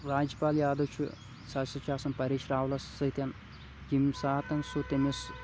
راجپال یادو چھُ سُہ ہسا چھُ آسان پریش راولس سٍتۍ ییٚمہِ ساتہٕ سُہ تٔمِس